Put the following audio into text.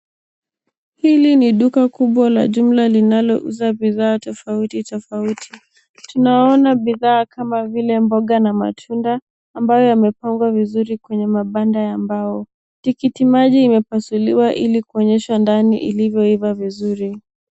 Hili ni duka kubwa la jumla linalouza bidhaa tofauti tofauti. Tunaona bidhaa kama vile mboga na matunda ambayo yamepangwa vizuri kwenye mabanda ya mbao. Tikitimaji imepasuliwa ili kuonyesha ndani ilivyoiva vizuri.